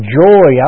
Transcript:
joy